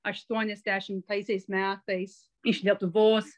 aštuoniasdešimtaisiais metais iš lietuvos